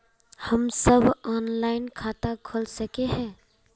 हम सब ऑनलाइन खाता खोल सके है?